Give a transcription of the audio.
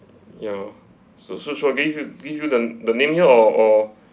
ya so so should I give you give you the the name here or or